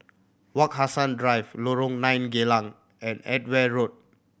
Wak Hassan Drive Lorong Nine Geylang and Edgeware Road